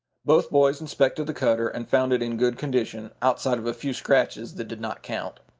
both boys inspected the cutter and found it in good condition, outside of a few scratches that did not count.